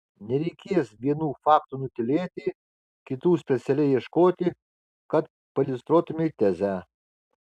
nereikės vienų faktų nutylėti kitų specialiai ieškoti kad pailiustruotumei tezę